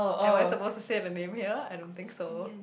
am I supposed to say the name here I don't think so